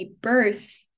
birth